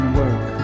work